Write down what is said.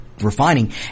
refining